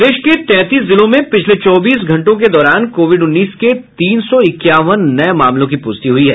प्रदेश के तैंतीस जिलों में पिछले चौबीस घंटों के दौरान कोविड उन्नीस के तीन सौ इक्यावन नये मामलों की पुष्टि हुई है